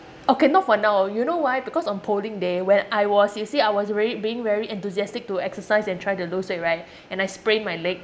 okay not for now you know why because on polling day when I was you see I was really being very enthusiastic to exercise and try to lose weight right and I sprained my leg